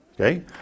Okay